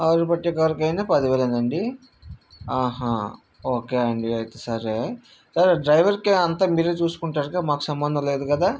ఆరు పట్టే కారు కైనా పదివేలేనా అండి ఆహా ఓకే అండి అయితే సరే సరే డ్రైవర్కి అంతా మీరే చూసుకుంటారు కదా మాకు సంబంధం లేదు కదా